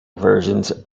versions